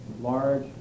large